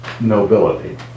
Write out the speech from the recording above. nobility